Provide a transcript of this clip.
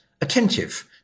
attentive